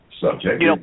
subject